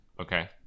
Okay